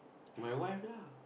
my wife lah